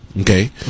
Okay